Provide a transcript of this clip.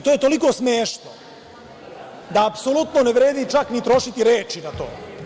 To je toliko smešno da apsolutno ne vredi čak ni trošiti reči na to.